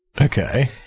Okay